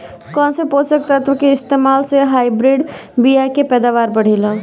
कौन से पोषक तत्व के इस्तेमाल से हाइब्रिड बीया के पैदावार बढ़ेला?